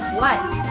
what?